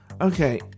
okay